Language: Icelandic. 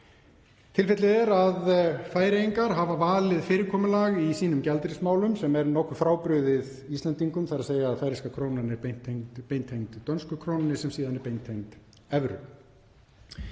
Tilfellið er að Færeyingar hafa valið fyrirkomulag í sínum gjaldeyrismálum sem er nokkuð frábrugðið Íslendingum, þ.e. færeyska krónan er beintengd dönsku krónunni sem síðan er beintengd evru.